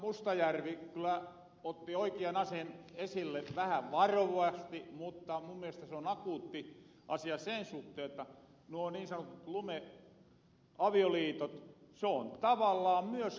mustajärvi kyllä otti oikean asian esille vähän varovasti mutta mun mielestä se on akuutti asia sen suhteen jotta nuo niin sanotut lumeavioliitot on tavallaan myös harmaata taloutta